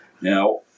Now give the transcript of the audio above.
Now